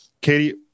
Katie